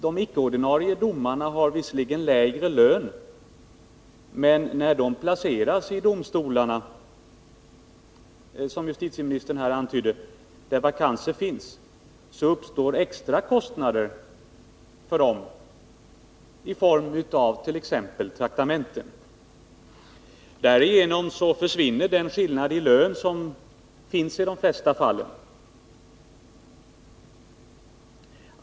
De icke-ordinarie domarna har visserligen lägre lön, men när de placeras i domstolarna — som justitieministern här antydde — där det finns vakanser, så uppstår extra kostnader för statsverket i form av t.ex. traktamenten. Därigenom försvinner i de flesta fall den skillnad i lön som finns.